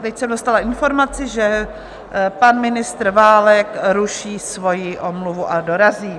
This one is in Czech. Teď jsem dostala informaci, že pan ministr Válek ruší svojí omluvu a dorazí.